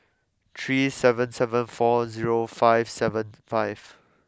three seven seven four zero five seven five